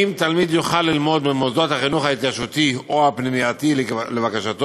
האם תלמיד יוכל ללמוד במוסדות החינוך ההתיישבותי או הפנימייתי לבקשתו,